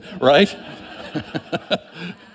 Right